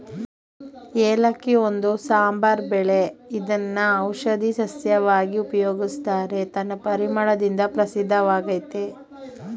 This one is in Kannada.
ಏಲಕ್ಕಿ ಒಂದು ಸಾಂಬಾರು ಬೆಳೆ ಇದ್ನ ಔಷಧೀ ಸಸ್ಯವಾಗಿ ಉಪಯೋಗಿಸ್ತಾರೆ ತನ್ನ ಪರಿಮಳದಿಂದ ಪ್ರಸಿದ್ಧವಾಗಯ್ತೆ